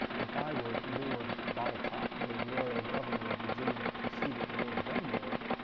if i were lord botetourt, the royal governor of virginia that proceeded lord dunmore,